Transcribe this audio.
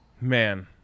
Man